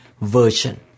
Version